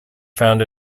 found